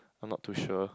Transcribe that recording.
I'm not too sure